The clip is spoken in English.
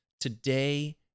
today